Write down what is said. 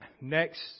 next